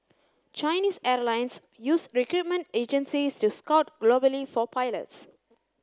Chinese airlines use recruitment agencies to scout globally for pilots